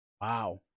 Wow